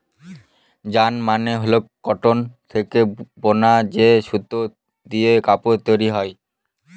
yarn মানে হল cotton থেকে বুনা যে সুতো দিয়ে কাপড় তৈরী হয়